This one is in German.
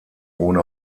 ohne